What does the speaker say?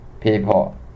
people